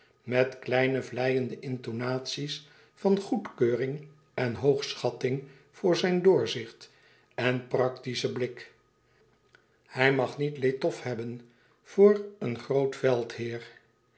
met kleine vleiende intonaties van goedkeuring en hoogschatting voor zijn doorzicht en praktischen blik hij mag niet l'étoffe hebben voor een groot